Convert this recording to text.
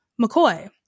McCoy